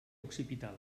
occipital